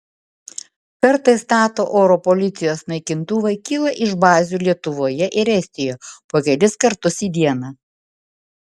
kartais nato oro policijos naikintuvai kyla iš bazių lietuvoje ir estijoje po kelis kartus į dieną